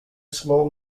small